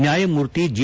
ನ್ಡಾಯಮೂರ್ತಿ G